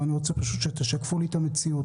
ואני רוצה שתשקפו לי את המציאות,